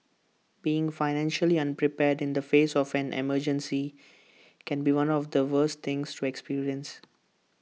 being financially unprepared in the face of an emergency can be one of the worst things to experience